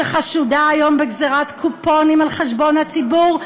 שחשודה היום בגזירת קופונים על חשבון הציבור,